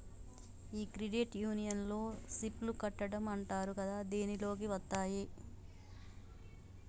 ఈ క్రెడిట్ యూనియన్లో సిప్ లు కట్టడం అంటారు కదా దీనిలోకి వత్తాయి